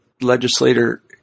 legislator